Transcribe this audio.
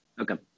Okay